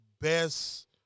best